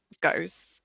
goes